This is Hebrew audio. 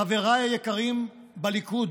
חבריי היקרים בליכוד,